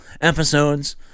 episodes